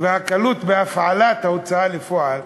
בהפעלת ההוצאה לפועל,